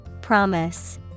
Promise